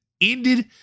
ended